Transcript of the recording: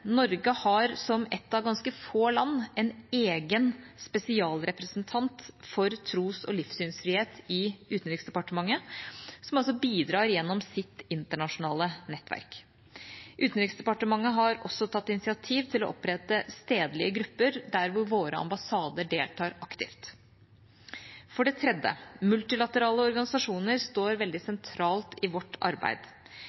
Norge har som ett av ganske få land en egen spesialrepresentant for tros- og livssynsfrihet i Utenriksdepartementet, som bidrar gjennom sitt internasjonale nettverk. Utenriksdepartementet har også tatt initiativ til å opprette stedlige grupper der hvor våre ambassader deltar aktivt. For det tredje: Multilaterale organisasjoner står veldig